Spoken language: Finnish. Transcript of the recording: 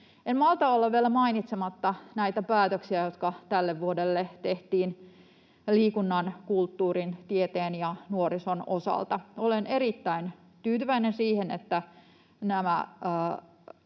En malta olla vielä mainitsematta näitä päätöksiä, jotka tälle vuodelle tehtiin liikunnan, kulttuurin, tieteen ja nuorison osalta. Olen erittäin tyytyväinen siihen, että